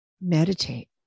Meditate